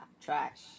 trash